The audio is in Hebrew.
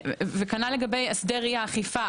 כנ"ל לגבי הסדרי אכיפה,